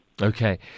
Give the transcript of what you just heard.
Okay